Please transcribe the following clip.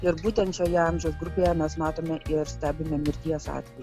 ir būtent šioje amžiaus grupėje mes matome ir stebime mirties atvejų